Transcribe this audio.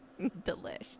delish